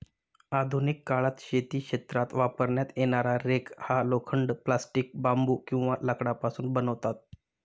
आधुनिक काळात शेती क्षेत्रात वापरण्यात येणारा रेक हा लोखंड, प्लास्टिक, बांबू किंवा लाकडापासून बनवतात